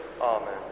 Amen